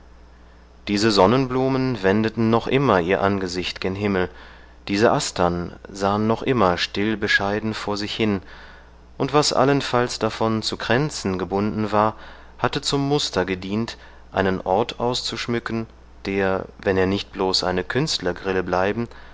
diese sonnenblumen wendeten noch immer ihr angesicht gen himmel diese astern sahen noch immer still bescheiden vor sich hin und was allenfalls davon zu kränzen gebunden war hatte zum muster gedient einen ort auszuschmücken der wenn er nicht bloß eine künstlergrille